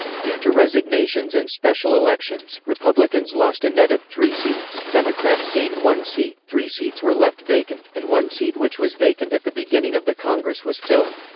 due to resignations and special elections, republicans lost a net of three seats democrats gained one seat three seats were left vacant and one seat which was vacant at the beginning of the congress was filled.